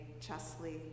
Chesley